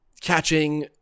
catching –